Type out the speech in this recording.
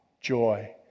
joy